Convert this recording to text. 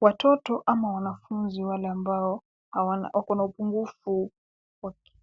Watoto ama wanafunzi wale ambao wako na upungufu